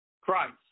Christ